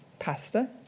pasta